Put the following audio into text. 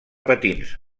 patins